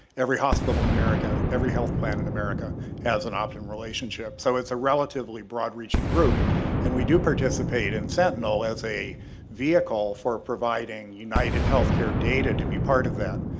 every hospital in america every health plan in america has an optum relationship so it's a relatively broadreaching group and we do participate in sentinel as a vehicle for providing united healthcare data to be part of that.